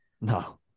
No